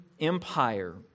Empire